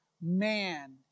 man